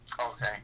Okay